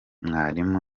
mwarimu